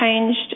changed